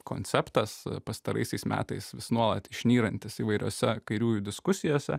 konceptas pastaraisiais metais vis nuolat išnyrantis įvairiose kairiųjų diskusijose